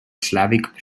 slavic